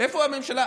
איפה הממשלה?